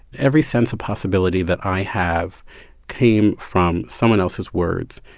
every sense of possibility that i have came from someone else's words,